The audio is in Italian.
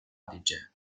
adige